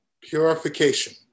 purification